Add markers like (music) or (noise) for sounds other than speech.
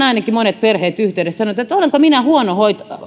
(unintelligible) ainakin monet perheet olleet yhteydessä ja sanoneet että olenko minä huono